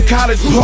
College